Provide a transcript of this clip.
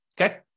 okay